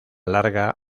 larga